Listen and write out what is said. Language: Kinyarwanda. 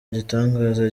gitangaza